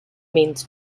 means